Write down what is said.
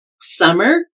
summer